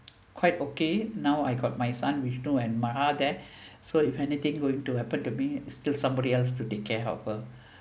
quite okay now I got my son which still at ma there so if anything going to happen to me still somebody else to take care of her